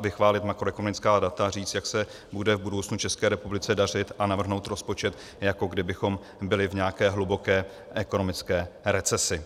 vychválit makroekonomická data a říct, jak se bude v budoucnu České republice dařit, a navrhnout rozpočet, jako kdybychom byli v nějaké hluboké ekonomické recesi.